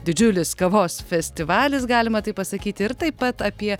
didžiulis kavos festivalis galima taip pasakyti ir taip pat apie